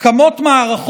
על סדר-היום,